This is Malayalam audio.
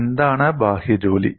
എന്താണ് ബാഹ്യ ജോലി